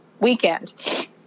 weekend